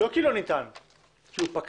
לא כי לא ניתן אלא הוא פקע,